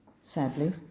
Sadly